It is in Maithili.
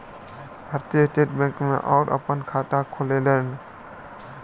भारतीय स्टेट बैंक में ओ अपन खाता खोलौलेन